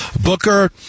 Booker